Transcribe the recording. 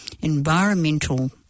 environmental